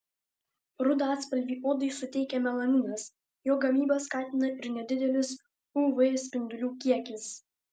rudą atspalvį odai suteikia melaninas jo gamybą skatina ir nedidelis uv spindulių kiekis